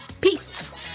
Peace